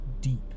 Deep